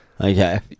Okay